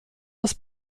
des